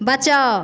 बचाउ